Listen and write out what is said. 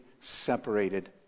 separated